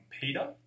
Peter